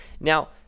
Now